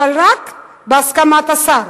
אבל רק בהסכמת השר.